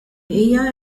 hija